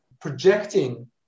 projecting